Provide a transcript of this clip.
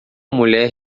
mulher